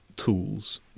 tools